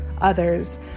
others